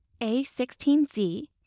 A16Z